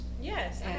Yes